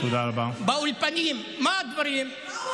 מה הדברים?